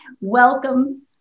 welcome